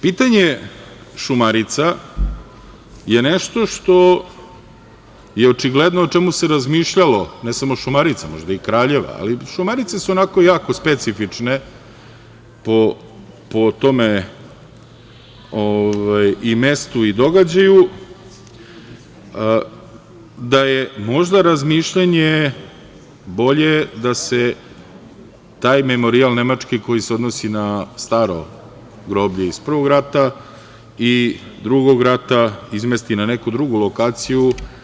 Pitanje Šumarica je nešto što je očigledno, o čemu se razmišljalo, ne samo Šumarica, možda i Kraljeva, ali Šumarice su onako jako specifične po mestu i događaju, da je možda razmišljanje bolje da se taj memorijal nemački koji se odnosi na staro groblje iz Prvog rata i Drugog rata izmesti na neku drugu lokaciju.